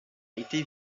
été